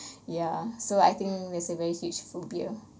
ya so I think it's a very huge phobia